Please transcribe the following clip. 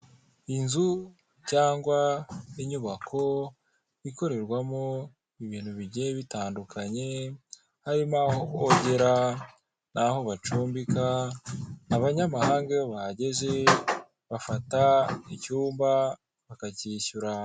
Inzu cyangwa inyubako ikorerwamo ibintu bigiye bitandukanye harimo aho bogera n' aho bacumbika, abanyamahanga iyo bahageze bafata icyumba bakacyishyura.